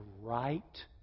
right